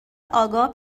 آگاه